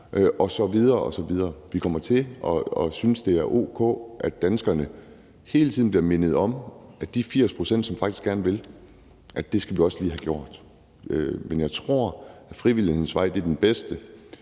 i skolerne osv. osv. Vi kommer til at synes, det er o.k., at danskerne hele tiden bliver mindet om – der er 80 pct., som faktisk gerne vil – at det skal man også lige have gjort. Men jeg tror, at frivillighedens vej er den bedste,